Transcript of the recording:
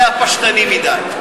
זה היה פשטני מדי.